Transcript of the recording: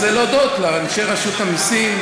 אני רוצה להודות לאנשי רשות המסים,